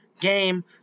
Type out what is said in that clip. Game